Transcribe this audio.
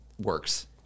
works